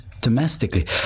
domestically